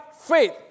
faith